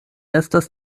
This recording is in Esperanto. estas